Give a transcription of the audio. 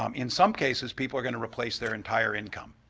um in some cases, people are going to replace their entire income,